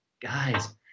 guys